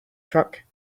truck